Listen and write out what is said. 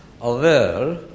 aware